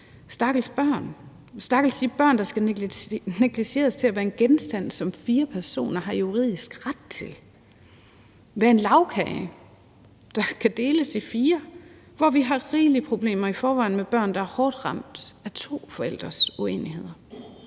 Stakkels børn – stakkels de børn, der skal reduceres til at være en genstand, som fire personer har juridisk ret til; være en lagkage, der kan deles i fire. Vi har rigelige problemer i forvejen med børn, der er hårdt ramt af to forældres uenigheder.